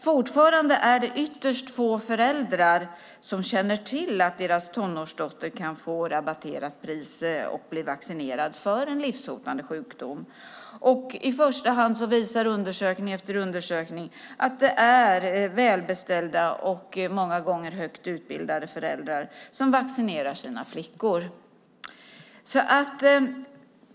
Fortfarande är det ytterst få föräldrar som känner till att deras tonårsdotter kan bli vaccinerad mot en livshotande sjukdom till rabatterat pris. I första hand visar undersökning efter undersökning att det är välbeställda och många gånger högutbildade föräldrar som vaccinerar sina flickor.